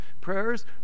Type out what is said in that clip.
prayers